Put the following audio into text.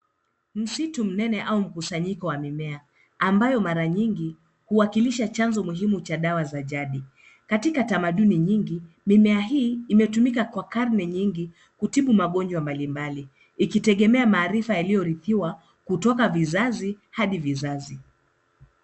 Msitu mnene au mkusanyiko wa mimea ambayo mara nyingi huwakilisha chanzo cha dawa jadi. Katika tamaduni nyingi, mimea hii imetumika kwa Karne nyingi kutibu magonjwa mbali mbali ikitegemea maarifa yaliyorithiwa kutoka vizazi Hadi vizazi.